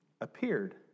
appeared